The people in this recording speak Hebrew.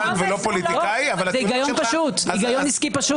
זה היגיון פשוט, עסקי.